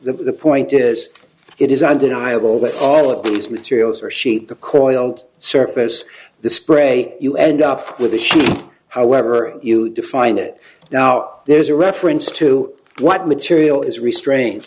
the point is it is undeniable that all of these materials are sheet the coil surface the spray you end up with a sheet however you define it now there's a reference to what material is restrain